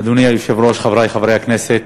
אדוני היושב-ראש, חברי חברי הכנסת,